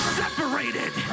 separated